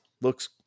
looks